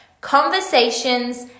conversations